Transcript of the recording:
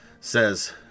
says